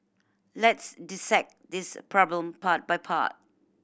let's dissect this problem part by part